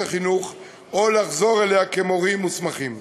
החינוך או לחזור אליה כמורים מוסמכים.